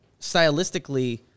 stylistically